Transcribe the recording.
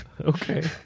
Okay